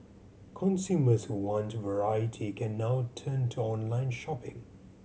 consumers who want variety can now turn to online shopping